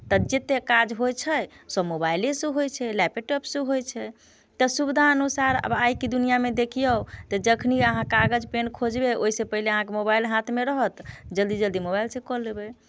तऽ जतेक काज होइ छै सभ मोबाइलेसँ होइ छै लैपेटॉपसँ होइ छै तऽ सुविधा अनुसार आब आइके दुनिआँमे देखियौ तऽ जखनि अहाँ कागज पेन खोजबै ओहिसँ पहिले मोबाइल अहाँके हाथमे रहत जल्दी जल्दी मोबाइलसँ कऽ लेबै